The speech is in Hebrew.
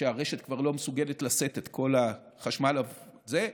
שהרשת כבר לא מסוגלת לשאת את כל החשמל הזה,